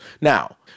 Now